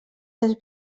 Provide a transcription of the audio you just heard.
les